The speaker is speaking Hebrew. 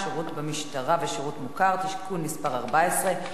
(שירות במשטרה ושירות מוכר) (תיקון מס' 14),